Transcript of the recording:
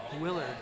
Willard